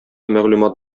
мәгълүмат